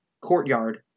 courtyard